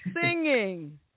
Singing